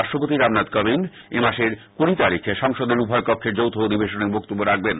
রাষ্ট্রপতি রামনাথ কোবিন্দ এ মাসের কুডি তারিখে সংসদের উভয়কক্ষের যৌথ অধিবেশনে বক্তব্য রাখবেন